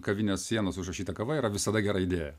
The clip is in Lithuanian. kavinės sienos užrašyta kava yra visada gera idėja